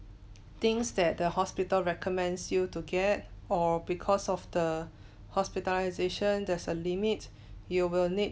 things that the hospital recommends you to get or because of the hospitalisation there's a limit you will need